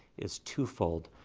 is two-fold.